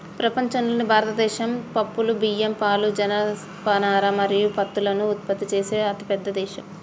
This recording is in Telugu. ప్రపంచంలోనే భారతదేశం పప్పులు, బియ్యం, పాలు, జనపనార మరియు పత్తులను ఉత్పత్తి చేసే అతిపెద్ద దేశం